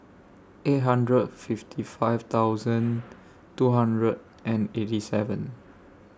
eight hundred fifty five thousand two hundred and eighty seven